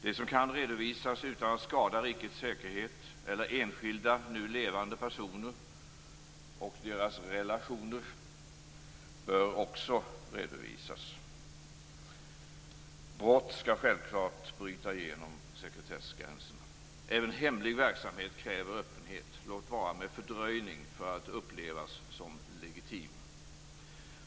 Det som kan redovisas utan att det skadar rikets säkerhet eller enskilda nu levande personer och deras relationer bör också redovisas. Brott skall självklart bryta igenom sekretessgränserna. Även hemlig verksamhet kräver öppenhet, låt vara med fördröjning, för att upplevas som legitim.